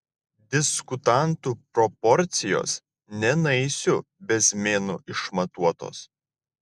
diskutantų proporcijos ne naisių bezmėnu išmatuotos